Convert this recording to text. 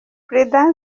prudent